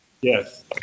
yes